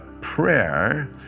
prayer